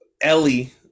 ellie